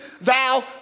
thou